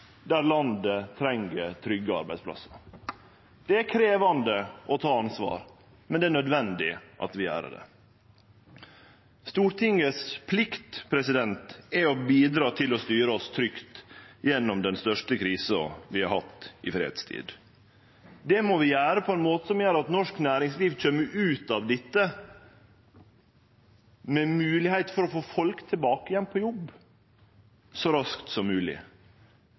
der landet treng trygge arbeidsplassar. Det er krevjande å ta ansvar, men det er nødvendig at vi gjer det. Stortingets plikt er å bidra til å styre oss trygt gjennom den største krisa vi har hatt i fredstid. Det må vi gjere på ein måte som gjer at norsk næringsliv kjem ut av dette med moglegheit for å få folk tilbake igjen på jobb så raskt som